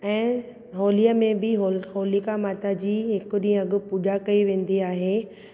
ऐं होलीअ में बि होलीका माता जी हिकु ॾीहुं अॻु पूॼा कई वेंदि आहे ऐं